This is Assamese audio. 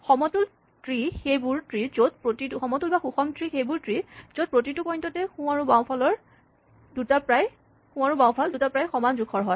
সমতুল ট্ৰী সেইবোৰ য'ত প্ৰতিটো পইন্টতে সোঁ আৰু বাওঁফাল দুটা প্ৰায় সমান জোখৰ হয়